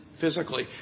physically